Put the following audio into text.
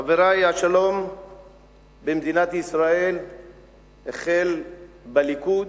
חברי, השלום במדינת ישראל החל בליכוד,